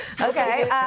okay